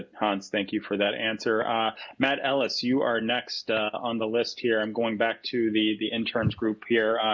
ah hans thank you for that answer matt ellis you are next on the list here i'm going back to the the interns group here.